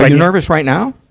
like nervous right now?